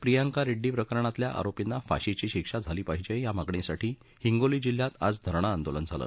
प्रियंका रेड्डी प्रकरणातल्या आरोपींना फाशीची शिक्षा झाली पाहिजे या मागणीसाठी हिंगोली जिल्ह्यात आज धरणं आंदोलन झालं